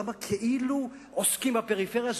למה כאילו עוסקים בפריפריה?